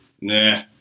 Nah